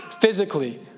physically